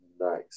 nice